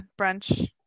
brunch